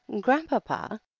grandpapa